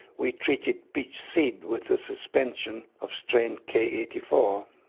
we treated peach seed with a suspension of strain k eight four.